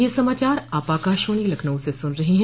ब्रे क यह समाचार आप आकाशवाणी लखनऊ से सुन रहे हैं